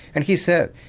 and he said,